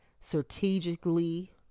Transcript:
strategically